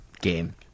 game